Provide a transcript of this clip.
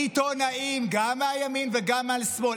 עיתונאים גם מהימין וגם מהשמאל,